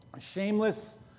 Shameless